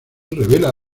revela